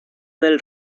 del